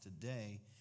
today